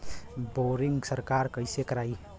Boring सरकार कईसे करायी?